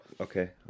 Okay